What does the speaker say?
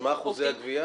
מה אחוזי הגבייה?